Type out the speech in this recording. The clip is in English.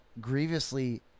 grievously